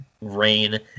rain